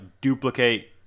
duplicate